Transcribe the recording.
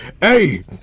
Hey